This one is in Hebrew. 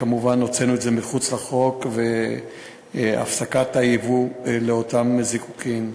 כמובן הוצאנו את זה מחוץ לחוק והפסקנו את הייבוא של אותם זיקוקים.